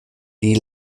die